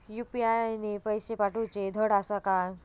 UPI ने पैशे पाठवूचे धड आसा काय?